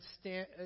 stand